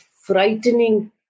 frightening